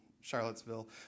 Charlottesville